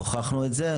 הוכחנו את זה.